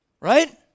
right